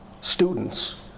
students